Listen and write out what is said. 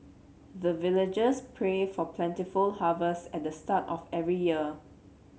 the villagers pray for plentiful harvest at the start of every year